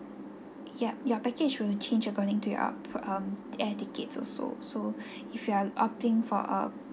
yup your package will change according to your um air tickets also so if you are opt in for a